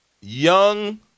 young